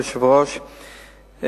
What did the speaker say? אדוני היושב-ראש,